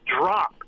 drop